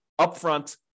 upfront